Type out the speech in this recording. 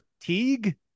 Teague